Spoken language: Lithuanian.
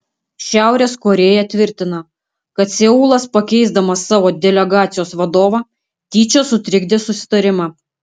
šiaurės korėja tvirtina kad seulas pakeisdamas savo delegacijos vadovą tyčia sutrikdė susitarimą